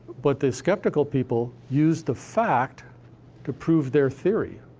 but the skeptical people use the fact to prove their theory.